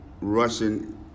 Russian